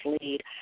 lead